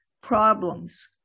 problems